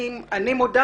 אני מודה,